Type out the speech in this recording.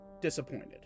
disappointed